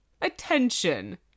attention